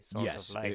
yes